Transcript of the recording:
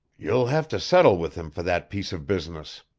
you'll have to settle with him for that piece of business,